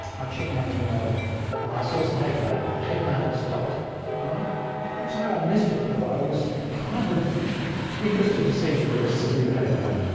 i checked my email and i saw some hate mail. the hate mail had stopped and i won't say i ah missed it but i was kind of interested to see there there was some new hate mail.